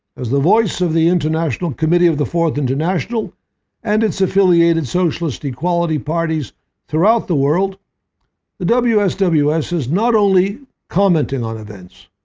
as the voice of the international committee of the fourth international and its affiliated socialist equality parties throughout the world the wsws wsws is not only commenting on events.